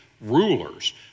rulers